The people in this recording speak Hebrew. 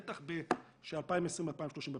בטח כש-2020 ו-2030 בפתח.